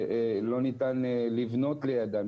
שלא ניתן לבנות לידם.